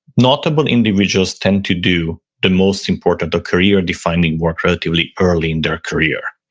notable individuals tend to do the most important, a career defining work relatively early in their career.